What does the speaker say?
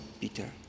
Peter